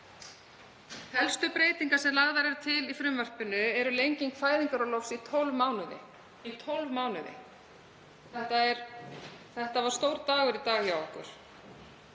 Helstu breytingar sem lagðar eru til í frumvarpinu eru lenging fæðingarorlofs í 12 mánuði. Þetta var stór dagur hjá okkur.